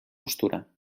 postura